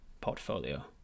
portfolio